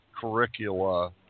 curricula